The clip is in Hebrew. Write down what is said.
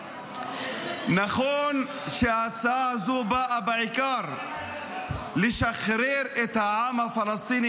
נכון שההצעה הזאת באה בעיקר לשחרר את העם הפלסטיני